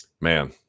Man